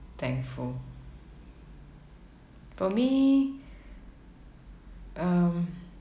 thankful for me um